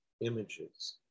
images